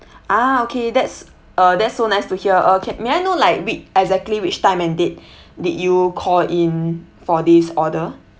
ah okay that's uh that's so nice to hear uh can may I know like which exactly which time and date did you call in for this order